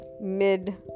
mid